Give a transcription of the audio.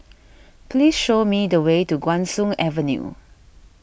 please show me the way to Guan Soon Avenue